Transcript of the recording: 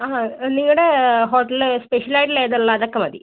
ആ അല്ല ഇവിടെ ഹോട്ടലിൽ സ്പെഷ്യൽ ആയിട്ട് ഉള്ള ഏതാണ് ഉള്ളത് അതൊക്കെ മതി